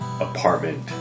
apartment